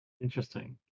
Interesting